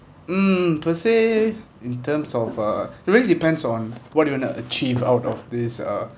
mm per se in terms of uh really depends on what do you want to achieve out of this uh